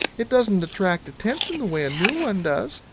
it doesn't attract attention the way a new one does.